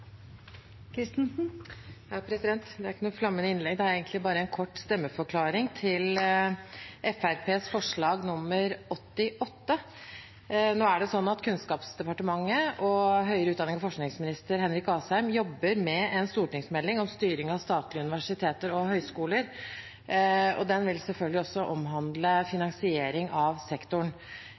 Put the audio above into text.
ikke et flammende innlegg, men en kort stemmeforklaring til Fremskrittspartiets forslag nr. 88. Kunnskapsdepartementet og høyere utdannings- og forskningsminister Henrik Asheim jobber med en stortingsmelding om styring av statlige universiteter og høyskoler, og den vil selvfølgelig også omhandle finansiering av sektoren.